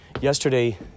yesterday